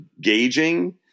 gauging